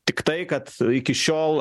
tiktai kad iki šiol